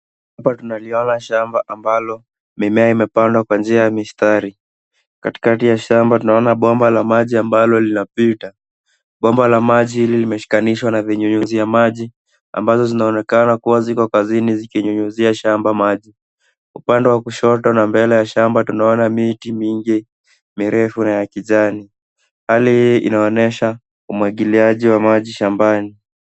Hapa tunaliona shamba ambalo mimea imepandwa kwa njia ya mistari. Katikati ya shamba tunaona bomba la maji ambalo linapita. Bomba la maji hili limeshikanishwa na vinyunyuzi ya maji, ambazo zinaonekana kuwa ziko kazini zikinyunyuzia shamba maji. Upande wa kushoto na mbele ya shamba tunaona miti mingi mirefu na ya kijani. Hali hii inaonyesha umwagiliaji wa maji shambani.